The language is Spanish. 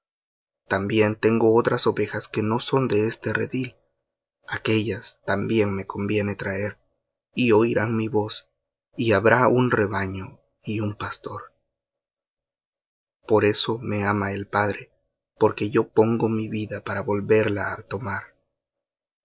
también tengo otras ovejas que no son de este redil aquéllas también me conviene traer y oirán mi voz y habrá un rebaño y un pastor por eso me ama el padre porque yo pongo mi vida para volverla á tomar